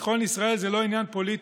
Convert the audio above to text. ביטחון ישראל זה לא עניין פוליטי.